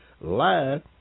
lie